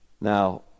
Now